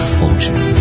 fortune